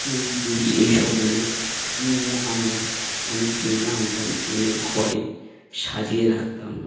চড়ি টুুরি এই সবগুলো নিয়ে আমরা আমি কিনে আনতাম এনে ঘরে সাজিয়ে রাখতাম